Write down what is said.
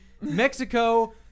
Mexico